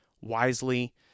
wisely